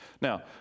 Now